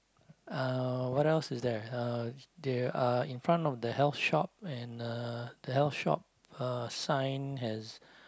uh what else is there uh they are in front of the health shop and uh the health shop uh sign has